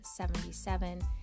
77